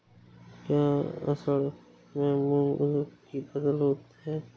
क्या असड़ में मूंग उर्द कि फसल है?